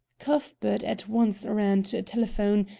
cuthbert at once ran to a telephone,